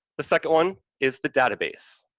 the second one is the database.